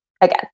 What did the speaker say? again